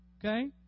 Okay